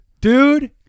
Dude